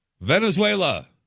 Venezuela